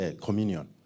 communion